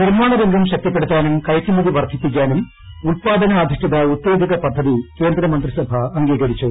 നിർമ്മാണ രംഗം ശക്തിപ്പെടുത്തൂർ കയറ്റുമതി വർദ്ധിപ്പിക്കാനും ഉല്പാദനാധിച്ച്ഠിത ഉത്തേജക പദ്ധതി കേന്ദ്ര മന്ത്രിസഭ അംഗീകൃരിച്ചു